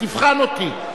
תבחן אותי,